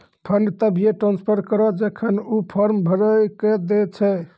fund तभिये transfer करऽ जेखन ऊ फॉर्म भरऽ के दै छै